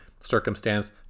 circumstance